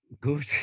Good